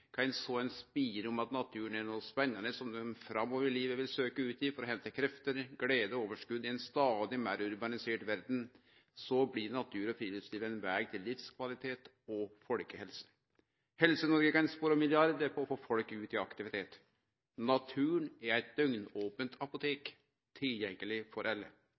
kan så ei spire om at naturen er noko spennande, som dei framover i livet vil søkje ut i for å hente krefter, glede og overskot i ei stadig meir urbanisert verd, blir natur og friluftsliv ein veg til livskvalitet og folkehelse. Helse-Noreg kan spare milliardar på å få folk ut i aktivitet. Naturen er eit døgnope apotek, tilgjengeleg for